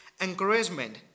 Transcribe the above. encouragement